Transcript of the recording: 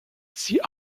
sie